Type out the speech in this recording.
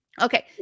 okay